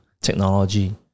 technology